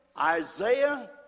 Isaiah